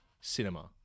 cinema